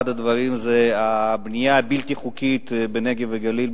אחד הדברים זה הבנייה הבלתי-חוקית בנגב ובגליל,